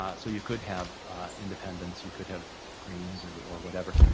ah so you could have independence, you could have greens or or whatever.